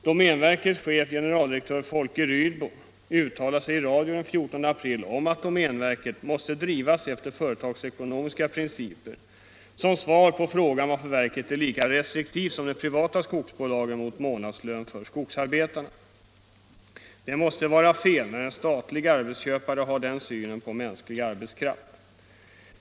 Domänverkets chef, generaldirektör Folke Rydbo, uttalade i radio den 14 april att domänverket måste drivas efter företagsekonomiska principer, såsom svar på frågan, varför verket är lika restriktivt som de privata skogsbolagen mot månadslön för skogsarbetarna. Det måste vara fel att en statlig arbetsköpare har den synen på mänsklig arbetskraft.